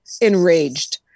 enraged